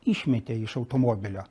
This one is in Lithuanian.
išmetė iš automobilio